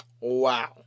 Wow